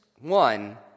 One